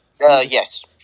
Yes